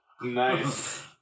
Nice